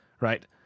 right